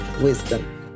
wisdom